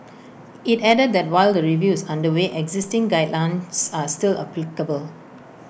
IT added that while the review is under way existing guidelines are still applicable